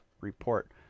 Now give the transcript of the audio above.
report